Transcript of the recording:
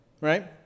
Right